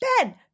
Ben